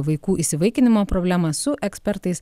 vaikų įsivaikinimo problemas su ekspertais